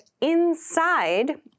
inside